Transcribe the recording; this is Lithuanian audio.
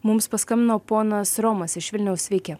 mums paskambino ponas romas iš vilniaus sveiki